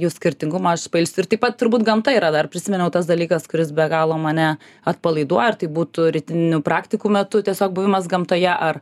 jų skirtingumą aš pailsiu ir taip pat turbūt gamta yra dar prisiminiau tas dalykas kuris be galo mane atpalaiduoja ar tai būtų rytinių praktikų metu tiesiog buvimas gamtoje ar